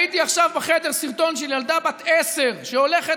ראיתי עכשיו בחדר סרטון של ילדה בת עשר שהולכת